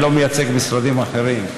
אני לא מייצג משרדים אחרים.